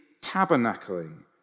tabernacling